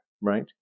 right